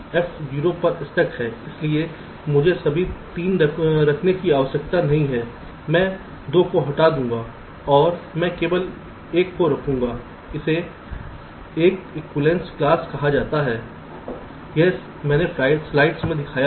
F 0 पर stuck है इसलिए मुझे सभी 3 रखने की आवश्यकता नहीं है मैं 2 को हटा दूंगा और मैं केवल 1 को रखूंगा इसे एक एक्विवैलेन्स क्लास कहा जाता है यही मैंने स्लाइड्स में दिखाया है